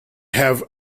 have